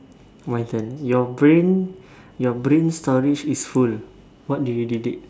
my turn your brain your brain storage is full what do you delete